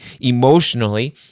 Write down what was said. emotionally